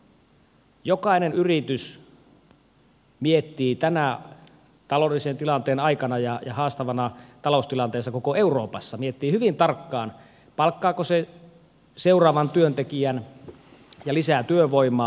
jokainen yritys miettii tänä taloudellisen tilanteen aikana ja haastavassa taloustilanteessa koko euroopassa hyvin tarkkaan palkkaako se seuraavan työntekijän ja lisää työvoimaa